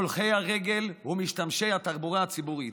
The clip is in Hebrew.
הולכי הרגל ומשתמשי התחבורה הציבורית,